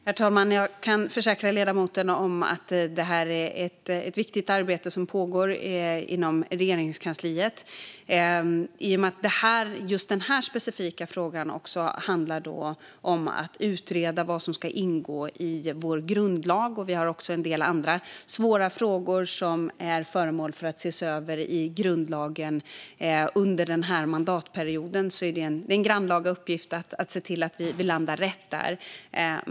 Herr talman! Jag kan försäkra ledamoten om att detta är ett viktigt arbete som pågår inom Regeringskansliet. I och med att just denna specifika fråga också handlar om att utreda vad som ska ingå i vår grundlag, och vi har också en del andra svåra frågor som är föremål för att ses över i grundlagen under denna mandatperiod, är det en grannlaga uppgift att se till att vi landar rätt där.